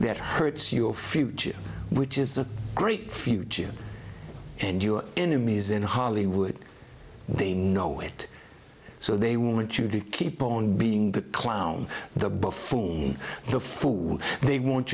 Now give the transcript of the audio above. that hurts your future which is a great future and your enemies in hollywood they know it so they want you to keep on being the clown the before the food they want